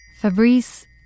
Fabrice